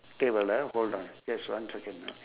table ah hold on just one second